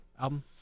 album